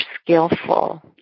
skillful